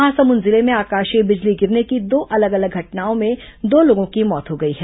महासमुंद जिले में आकाशीय बिजली गिरने की दो अलग अलग घटनाओं दो लोगों की मौत हो गई है